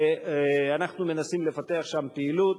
ואנחנו מנסים לפתח שם פעילות.